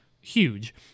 huge